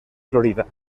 florida